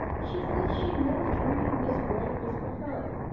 she says she never dreamed this world was for her.